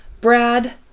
Brad